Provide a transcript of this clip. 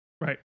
right